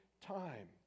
time